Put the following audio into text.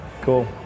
Cool